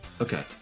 Okay